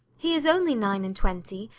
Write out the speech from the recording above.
he is only nine-and-twenty,